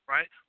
Right